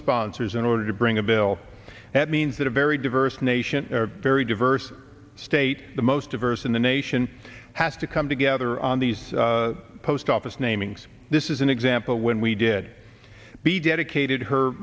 sponsors in order to bring a bill that means that a very diverse nation very diverse state the most diverse in the nation has to come together on these post office namings this is an example when we did be dedicated her